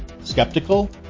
Skeptical